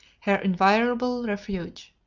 her invariable refuge.